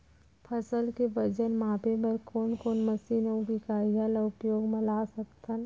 फसल के वजन मापे बर कोन कोन मशीन अऊ इकाइयां ला उपयोग मा ला सकथन?